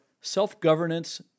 self-governance